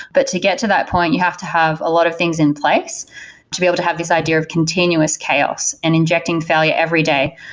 but to get to that point, you have to have a lot of things in place to be able to have this idea of continuous chaos and injecting failure every day,